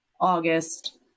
august